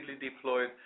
deployed